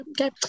okay